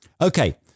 Okay